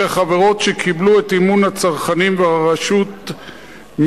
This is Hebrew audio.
אלה חברות שקיבלו את אמון הצרכנים ואת הרשות מהם